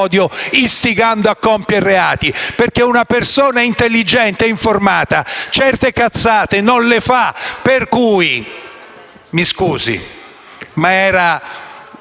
Mi scusi, ma era